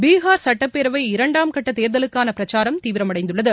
பீகார் சட்டப்பேரவை இரண்டாம் கட்டத்தேர்தலுக்கான பிரச்சாரம் தீவிரமடைந்துள்ளது